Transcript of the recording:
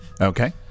Okay